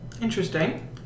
Interesting